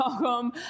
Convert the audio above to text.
Welcome